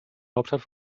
hauptstadt